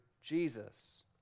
Jesus